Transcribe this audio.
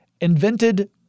invented